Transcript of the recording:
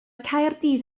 caerdydd